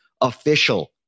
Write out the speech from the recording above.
official